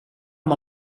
amb